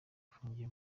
afungiye